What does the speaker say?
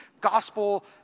gospel